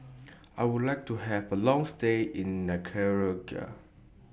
I Would like to Have A Long stay in Nicaragua